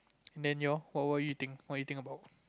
and then you all what will you think what you think about